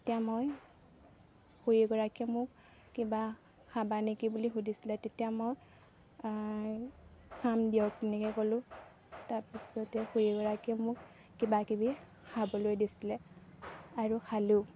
তেতিয়া মই খুৰীগৰাকীয়ে মোক কিবা খাবা নেকি বুলি সুধিছিলে তেতিয়া মই খাম দিয়ক তেনেকৈ ক'লোঁ তাৰপিছতে খুৰীগৰাকীয়ে মোক কিবাকিবি খাবলৈ দিছিলে আৰু খালোঁ